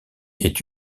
est